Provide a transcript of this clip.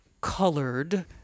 colored